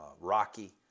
rocky